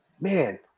Man